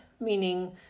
Meaning